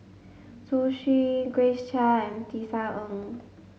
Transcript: Zhu Xu Grace Chia and Tisa Ng